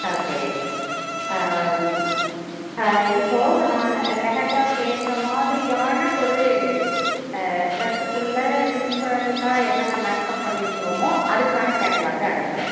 okay இப்போது நான் லெஹங்காவுக்கு ஏற்ற மாதிரியான ஒரு ட்ரெஸ்ஸுக்குள்ளே டிஃப்ரெண்ட்டாக என்னென்ன மேக்கப் பண்ணியிருக்குறோமோ அதுக்கான கேட்லாக்கை அனுப்புகிறேன்